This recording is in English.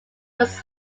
was